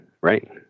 right